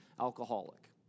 alcoholic